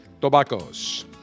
Tobaccos